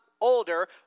older